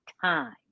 time